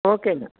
ஓகேங்க